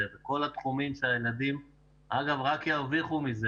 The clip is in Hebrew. זה בכל התחומים שהילדים אגב רק ירוויחו מזה